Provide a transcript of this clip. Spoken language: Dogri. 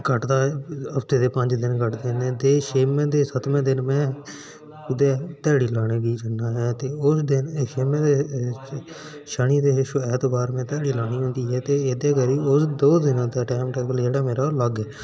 कटदा ऐ हफ्ते दे पंज दिन कटदे न ते हफ्ते दे छेमें ते सतमें दिन कुदै देहाड़ी लाने बी जना ऐ ते शनि ते ऐतवीर में देहाड़ी लानी होंदी एह्दे करी ओह् दौं दिनें दा टाईम टेबल ओह् लग्ग ऐ